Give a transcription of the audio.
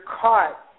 caught